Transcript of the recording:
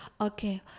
okay